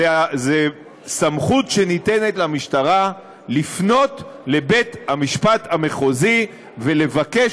זו סמכות שניתנת למשטרה לפנות לבית-המשפט המחוזי ולבקש